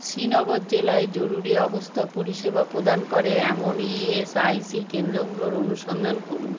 শ্রীনগর জেলায় জরুরি অবস্থা পরিষেবা প্রদান করে এমন ই এস আই সি কেন্দ্রগুলোর অনুসন্ধান করুন